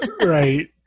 Right